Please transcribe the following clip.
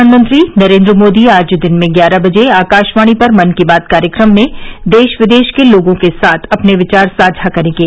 प्रधानमंत्री नरेन्द्र मोदी आज दिन में ग्यारह बजे आकाशवाणी पर मन की बात कार्यक्रम में देश विदेश के लोगों के साथ अपने विचार साझा करेंगे